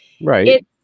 right